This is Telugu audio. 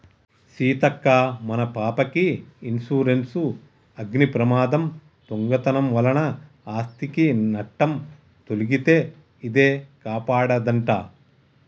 సీతక్క మన పాపకి ఇన్సురెన్సు అగ్ని ప్రమాదం, దొంగతనం వలన ఆస్ధికి నట్టం తొలగితే ఇదే కాపాడదంట